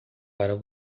para